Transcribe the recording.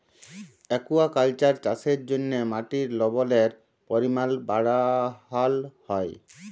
aquaculture চাষের জ্যনহে মাটির লবলের পরিমাল বাড়হাল হ্যয়